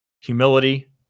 humility